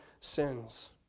sins